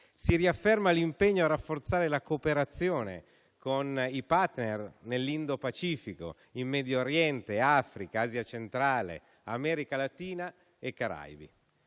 Si riafferma l'impegno a rafforzare la cooperazione con i *partner* nell'Indo- Pacifico, in Medio Oriente, in Africa, in Asia Centrale, America Latina e Caraibi.